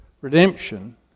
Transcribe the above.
redemption